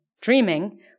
dreaming